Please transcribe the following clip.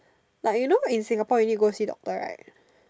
like you know in Singapore you need go see doctor right